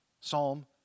Psalm